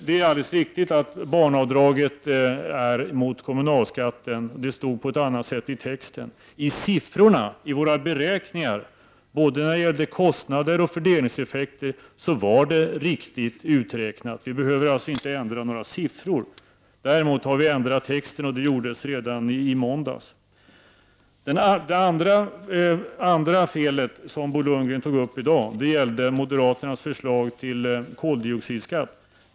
Det är alldeles riktigt att barnavdraget är mot kommunalskatten. Det stod på annat sätt i texten. I våra beräkningar, när det gäller kostnader och fördelningseffekten, var det riktigt uträknat. Vi behöver alltså inte ändra någon siffra. Däremot har vi ändrat texten. Det gjordes redan i måndags. Det andra felet, som Bo Lundgren tog upp i dag, gällde moderaternas förslag till koldioxidskatt.